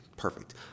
Perfect